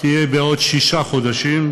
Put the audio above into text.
תהיה בעוד שישה חודשים,